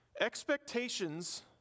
expectations